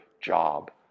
job